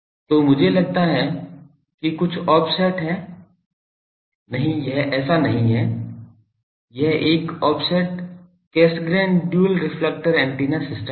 तो मुझे लगता है कि कुछ ऑफसेट हैं नहीं यह ऐसा नहीं है कि यह एक offset Cassegrain dual reflector antenna system है